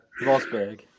Rosberg